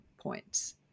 points